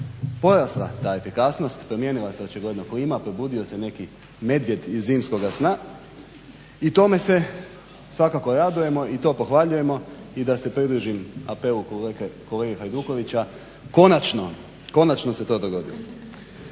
porasla ta efikasnost. Promijenila se očigledno klima, probudio se neki medvjed iz zimskoga sna i tome se svakako radujemo i to pohvaljujemo. I da se približim apelu kolege Hajdukovića konačno, konačno se to dogodilo.